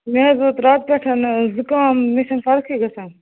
مےٚ حظ ووت راتہٕ پٮ۪ٹھ زُکام مےٚ چھَنہٕ فرقٕے گَژھان